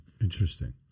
Interesting